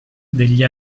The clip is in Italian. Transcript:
degli